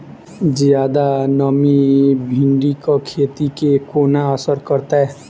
जियादा नमी भिंडीक खेती केँ कोना असर करतै?